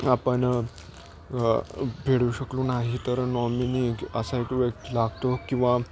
आपण फेडू शकलो नाही तर नॉमिनी असा एक व्यक् लागतो किंवा